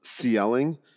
CLing